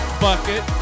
bucket